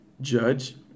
judge